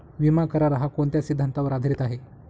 विमा करार, हा कोणत्या सिद्धांतावर आधारीत आहे?